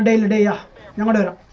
and o'lear were already on